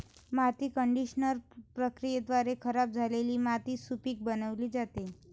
माती कंडिशनर प्रक्रियेद्वारे खराब झालेली मातीला सुपीक बनविली जाते